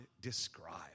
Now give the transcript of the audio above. describe